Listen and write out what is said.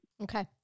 okay